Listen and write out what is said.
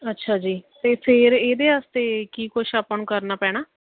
ਅੱਛਾ ਜੀ ਅਤੇ ਫਿਰ ਇਹਦੇ ਵਾਸਤੇ ਕੀ ਕੁਛ ਆਪਾਂ ਨੂੰ ਕਰਨਾ ਪੈਣਾ